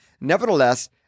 Nevertheless